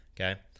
okay